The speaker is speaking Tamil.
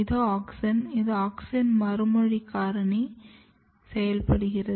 இது ஆக்ஸின் இது ஆக்ஸின் மறுமொழி காரணி செயல்படுகிறது